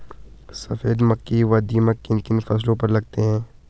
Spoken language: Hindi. सफेद मक्खी व दीमक किन किन फसलों पर लगते हैं?